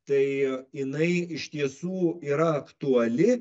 tai jinai iš tiesų yra aktuali